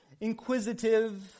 inquisitive